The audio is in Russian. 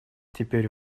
теперь